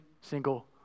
single